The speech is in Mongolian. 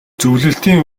зөвлөлтийн